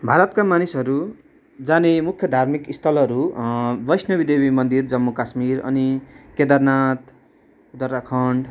भारतका मानिसहरू जाने मुख्य धार्मिक स्थलहरू वैष्णवी देवी मन्दिर जम्मू कश्मीर अनि केदारनाथ उत्तराखण्ड